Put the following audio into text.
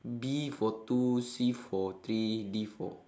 B for two C for three D for